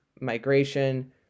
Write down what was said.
migration